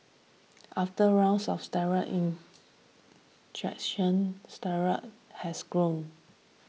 after rounds of steroid injections steroids has grown